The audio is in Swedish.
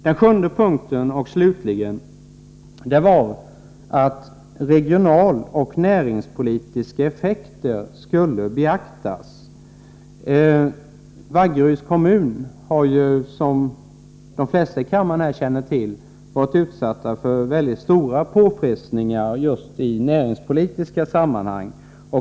Den sjunde punkten slutligen var att regionaloch näringspolitiska effekter skulle beaktas. Vaggeryds kommun har, som de flesta här i kammaren känner till, varit utsatt för väldiga påfrestningar just i näringspolitiska sammanhang.